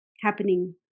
happening